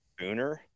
booner